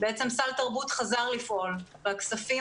בעצם סל תרבות חזר לפעול והכספים